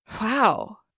wow